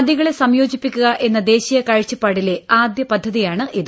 നദികളെ സംയോജിപ്പിക്കുക എന്ന ദേശീയ കാഴ്ചപ്പാടിലെ ആദ്യ പദ്ധതിയാണിത്